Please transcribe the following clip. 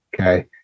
okay